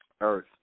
Earth